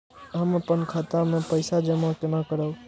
हम अपन खाता मे पैसा जमा केना करब?